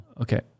Okay